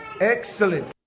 Excellent